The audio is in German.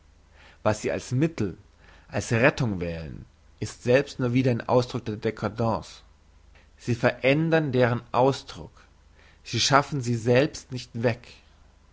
was sie als mittel als rettung wählen ist selbst nur wieder ein ausdruck der dcadence sie verändern deren ausdruck sie schaffen sie selbst nicht weg